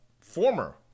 former